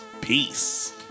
Peace